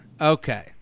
okay